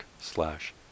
slash